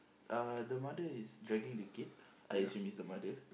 uh the mother is dragging the kid I assume is the mother